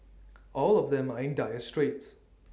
all of them are in dire straits